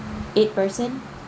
eight person